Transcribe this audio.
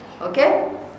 Okay